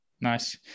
Nice